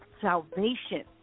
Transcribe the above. salvation